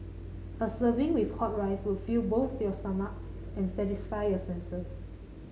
a serving with hot rice would both fill your stomach and satisfy your senses